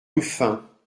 ruffin